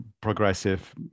progressive